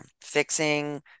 Fixing